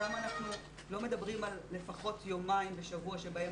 שם אנחנו לא מדברים על לפחות יומיים בשבוע בהם